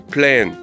Plan